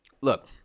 Look